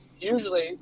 usually